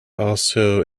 also